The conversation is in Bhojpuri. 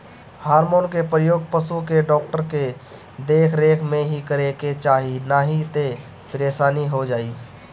हार्मोन के प्रयोग पशु के डॉक्टर के देख रेख में ही करे के चाही नाही तअ परेशानी हो जाई